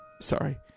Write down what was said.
Sorry